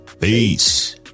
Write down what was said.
Peace